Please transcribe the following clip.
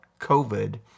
COVID